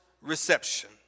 reception